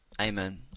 Amen